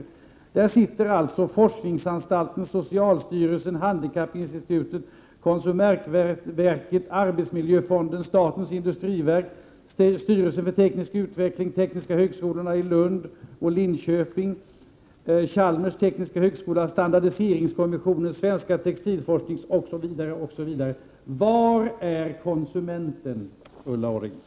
För närvarande ingår i nämnden företrädare för bl.a. försvarets forskningsanstalt, socialstyrelsen, handikappinstituten, konsumentverket, arbetsmiljöfonden, statens industriverk, styrelsen för teknisk utveckling, tekniska högskolan i Lund resp. Linköping, Chalmers tekniska högskola, standardiseringskommissionen och Stiftelsen Svensk textilforskning. Men var finns konsumenten, Ulla Orring?